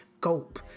gulp